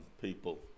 people